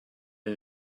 and